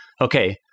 okay